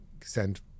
send